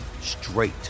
straight